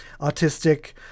autistic